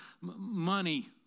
money